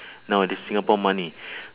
nowadays singapore money